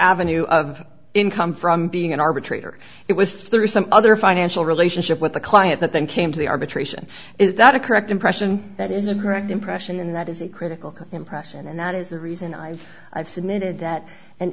avenue of income from being an arbitrator it was through some other financial relationship with the client that then came to the arbitration is that a correct impression that is a correct impression in that is it critical to impress and that is the reason i've i've submitted that an